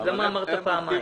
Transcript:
אבל למה אמרת פעמיים?